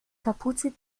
kapuze